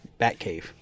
Batcave